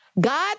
God